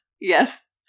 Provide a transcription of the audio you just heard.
Yes